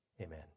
amen